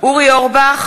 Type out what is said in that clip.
אורי אורבך,